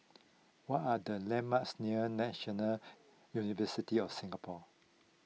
what are the landmarks near National University of Singapore